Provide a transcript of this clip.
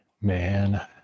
man